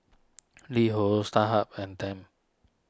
LiHo Starhub and Tempt